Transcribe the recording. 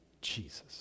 Jesus